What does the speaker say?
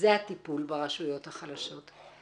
זה הטיפול ברשויות החלשות.